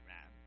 man